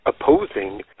opposing